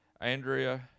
Andrea